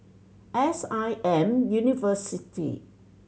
S I M University